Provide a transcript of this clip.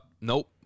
Nope